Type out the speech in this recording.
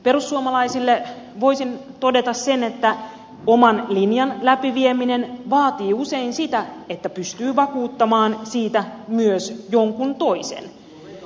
perussuomalaisille voisin todeta sen että oman linjan läpivieminen vaatii usein sitä että pystyy vakuuttamaan siitä myös jonkun toisen